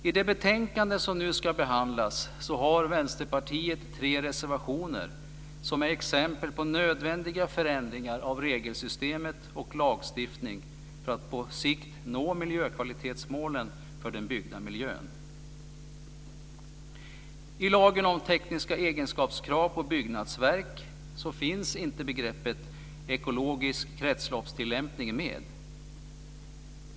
I det betänkande som nu ska behandlas har Vänsterpartiet tre reservationer. Där finns exempel på nödvändiga förändringar av regelsystemet och lagstiftningen för att man på sikt ska nå miljökvalitetsmålen för den byggda miljön. I lagen om tekniska egenskapskrav på byggnadsverk finns inte begreppet ekologisk kretsloppstillämpning med.